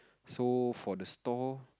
so for the store